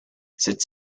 cette